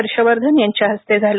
हर्ष वर्धन यांच्या हस्ते झालं